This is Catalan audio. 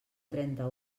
trenta